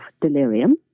delirium